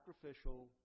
sacrificial